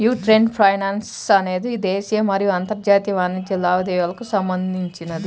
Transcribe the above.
యీ trade finance అనేది దేశీయ మరియు అంతర్జాతీయ వాణిజ్య లావాదేవీలకు సంబంధించినది